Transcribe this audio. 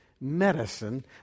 medicine